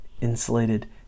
insulated